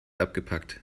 abgepackt